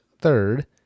third